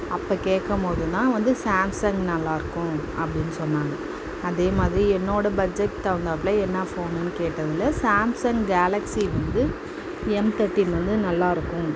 அப்போ கேட்கம்போது தான் வந்து சாம்சங் நல்லாயிருக்கும் அப்படின் சொன்னாங்க அதே மாதிரி என்னோட பட்ஜட் தகுந்தாப்பில் என்ன ஃபோனுன்னு கேட்டதில் சாம்சங் கேலக்ஸி வந்து எம் தேர்டீன் வந்து நல்லாயிருக்கும்